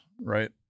right